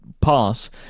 pass